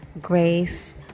grace